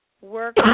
work